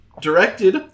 Directed